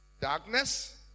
Darkness